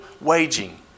waging